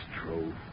true